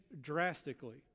drastically